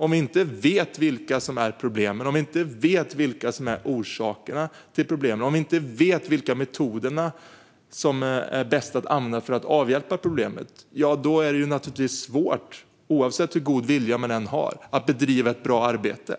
Om vi inte vet vilka problemen och deras orsaker är och vilka metoder som är bäst att använda för att avhjälpa problemen är det naturligtvis, hur god vilja man än har, svårt att bedriva ett bra arbete.